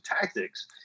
tactics